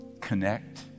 Connect